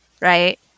right